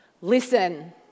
Listen